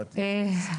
ההנחה היא שזה מקצר.